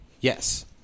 Yes